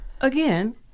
again